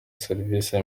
serivisi